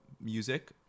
music